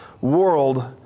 world